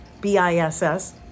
B-I-S-S